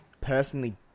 personally